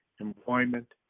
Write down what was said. employment,